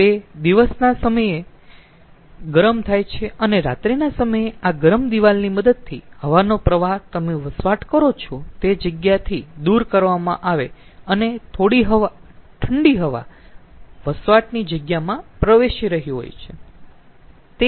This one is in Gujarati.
તે દિવસના સમયે ગરમ થાય છે અને રાત્રિના સમયે આ ગરમ દિવાલની મદદથી હવાનો પ્રવાહ તમે વસવાટ કરો છો તે જગ્યાથી દુર કરવામાં આવે અને થોડી ઠંડી હવા વસવાટની જગ્યામાં પ્રવેશી રહી હોય છે